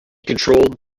controlled